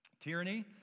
Tyranny